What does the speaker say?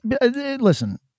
Listen